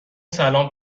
سلام